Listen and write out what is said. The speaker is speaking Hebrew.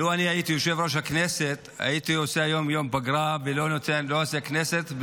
לו אני הייתי יושב-ראש הכנסת הייתי עושה היום יום פגרה ולא עושה כנסת,